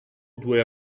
due